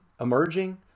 emerging